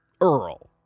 earl